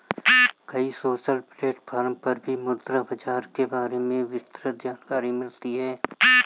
कई social platform पर भी मुद्रा बाजार के बारे में विस्तृत जानकरी मिलती है